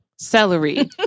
Celery